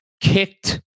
kicked